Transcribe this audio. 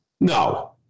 No